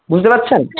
বুঝতে পারছেন